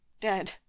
Dead